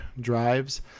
drives